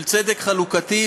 של צדק חלוקתי,